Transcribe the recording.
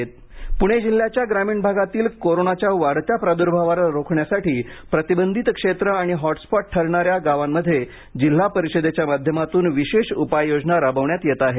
hotspot Pune जिल्ह्याच्या ग्रामीण भागातील कोरोनाच्या वाढत्या प्रादुर्भावाला रोखण्यासाठी प्रतिबंधित क्षेत्र आणि हॉटस्पॉट ठरणाऱ्या गावांमध्ये जिल्हा परिषदेच्या माध्यमातून विशेष उपाययोजना राबिण्यात येत आहेत